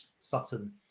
Sutton